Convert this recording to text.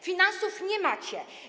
Finansów nie macie.